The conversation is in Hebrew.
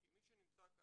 כי מי שנמצא כאן,